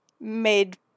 made